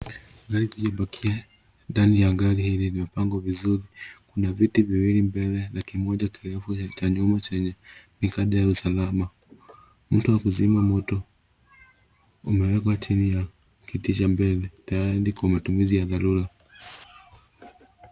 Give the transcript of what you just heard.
Gari lililopakia ndani ya gari hili limepangwa vizuri kana viti viwili Mbele na kimoja kirefu cha nyuma chenye mikanda ya usalama. Mto wa kuzima moto umewekwa chini ya kiti cha mbele tayari kwa Matumizi ya dharura.